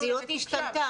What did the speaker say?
אבל המציאות השתנתה.